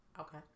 okay